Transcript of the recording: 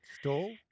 stall